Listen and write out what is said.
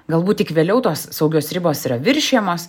galbūt tik vėliau tos saugios ribos yra viršijamos